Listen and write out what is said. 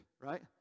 right